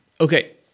Okay